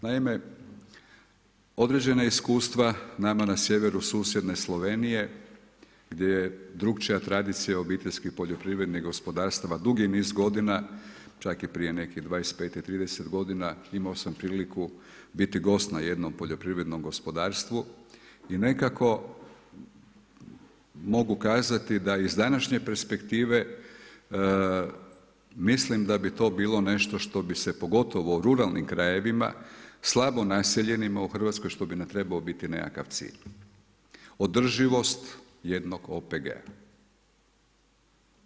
Naime, određena iskustva nama na sjeveru susjedne Slovenije gdje je drukčija tradicija obiteljskih poljoprivrednih gospodarstava dugi niz godina, čak i prije nekih 25 i 30 godina, imao sam priliku biti gost na jednom poljoprivrednom gospodarstvu i nekako mogu kazati da iz današnje perspektive mislim da bi to bilo nešto što bi se pogotovo u ruralnim krajevima slabo naseljenima u Hrvatskoj što bi nam trebao biti nekakav cilj održivost jednog OPG-a.